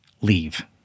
leave